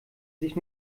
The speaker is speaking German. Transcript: sich